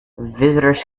visitors